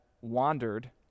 wandered